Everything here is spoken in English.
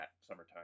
summertime